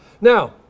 Now